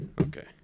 okay